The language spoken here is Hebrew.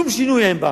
שום שינוי אין בה.